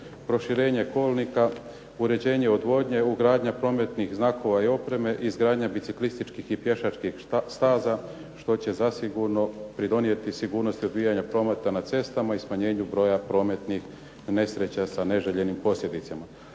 proširenje kolnika, uređenje odvodnje, ugradnja prometnih znakova i opreme, izgradnja biciklističkih i pješačkih staza što će zasigurno pridonijeti sigurnosti odvijanja prometa na cestama i smanjenju broja prometnih nesreća sa neželjenim posljedicama.